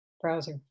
browser